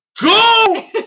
go